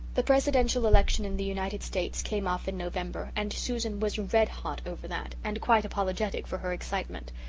the presidential election in the united states came off in november, and susan was red-hot over that and quite apologetic for her excitement.